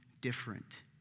different